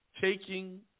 taking